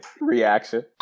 reaction